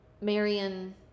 Marion